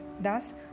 Thus